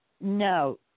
No